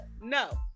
no